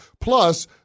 Plus